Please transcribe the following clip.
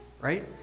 right